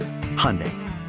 Hyundai